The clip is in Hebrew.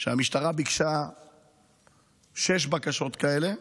שהמשטרה ביקשה שש בקשות כאלה,